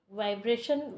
vibration